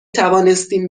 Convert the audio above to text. توانستیم